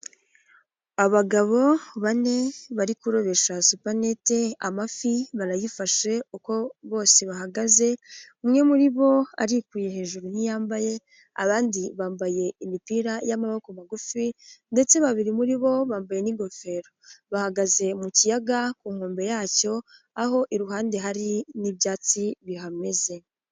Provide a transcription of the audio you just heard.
Abagabo bane bari kurobesha supagnette amafi barayifashe, uko bose bahagaze umwe muri bo arikuye hejuru ntiyambaye, abandi bambaye imipira y'amaboko magufi ,ndetse babiri muri bo bambaye n'ingofero bahagaze mu kiyaga ,ku nkombe yacyo aho iruhande hari n'ibyatsi bihameze.